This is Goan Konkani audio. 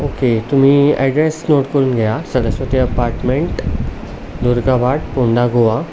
ओके तुमी एड्रेस नोट करून घेया सरस्वती अपार्टमेंट दुर्गाबाट पोंडा गोवा